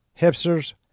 hipsters